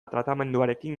tratamenduarekin